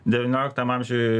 devynioliktam amžiuj